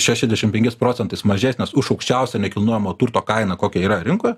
šešiasdešim penkiais procentais mažesnės už aukščiausią nekilnojamo turto kainą kokia yra rinkoj